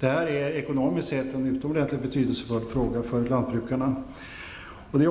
Det här är ekonomiskt sett en utomordentligt betydelsefull fråga för lantbrukarna.